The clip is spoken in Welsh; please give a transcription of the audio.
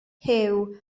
huw